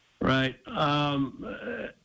Right